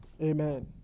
Amen